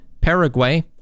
Paraguay